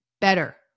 better